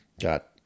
got